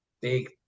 big